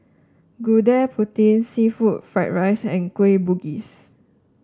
Gudeg Putih seafood Fried Rice and Kueh Bugis